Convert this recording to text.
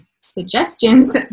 suggestions